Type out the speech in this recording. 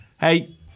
Hey